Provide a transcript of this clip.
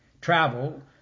Travel